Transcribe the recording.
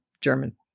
German